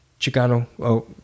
Chicano